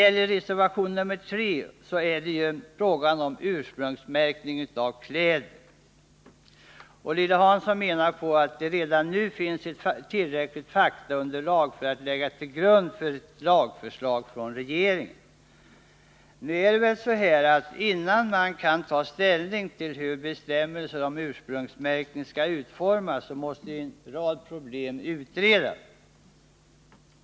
Frågan om ursprungsmärkning av kläder tas upp i reservation 3. Lilly Hansson menar att det redan nu finns tillräckligt faktaunderlag att lägga till grund för ett lagförslag från regeringen, men innan man kan ta ställning till hur bestämmelser om ursprungsmärkning skall utformas måste en rad problem utredas.